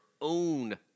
own